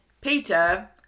Peter